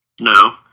No